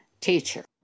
teacher